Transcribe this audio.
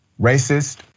Racist